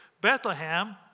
Bethlehem